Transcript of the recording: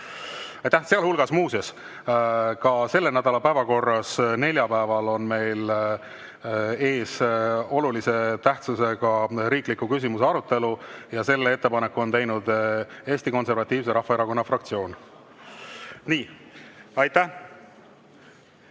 koostanud. Sealhulgas, muuseas, on selle nädala päevakorras neljapäeval meil ees olulise tähtsusega riikliku küsimuse arutelu. Selle ettepaneku on teinud Eesti Konservatiivse Rahvaerakonna fraktsioon. Aga asume